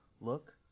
look